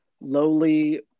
lowly